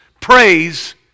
praise